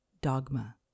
dogma